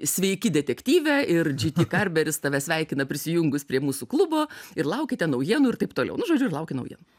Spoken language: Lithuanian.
sveiki detektyve ir džy ty karberis tave sveikina prisijungus prie mūsų klubo ir laukite naujienų ir taip toliau nu žodžiu ir lauki naujienų